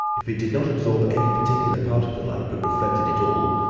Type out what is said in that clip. if it did not absorb any particular part of the light, but reflected it all,